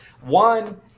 One